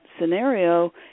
scenario